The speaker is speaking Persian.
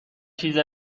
چیز